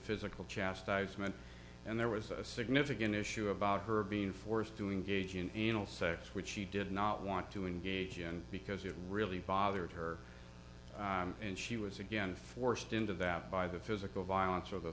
physical chastisement and there was a significant issue about her being forced to engage in anal sex which she did not want to engage in because it really bothered her and she was again forced into that by the physical violence of the